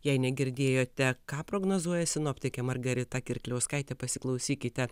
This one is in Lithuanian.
jei negirdėjote ką prognozuoja sinoptikė margarita kirkliauskaitė pasiklausykite